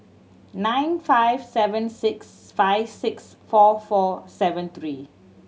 nine five seven six five six four four seven three